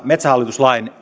metsähallitus lain